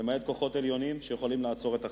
למעט כוחות עליונים, שיכולים לעצור את החיים.